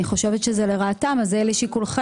אני חושבת שזה לרעתם, אז זה לשיקולכם.